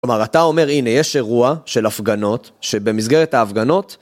כלומר אתה אומר הנה יש אירוע של הפגנות שבמסגרת ההפגנות